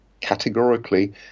categorically